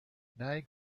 nag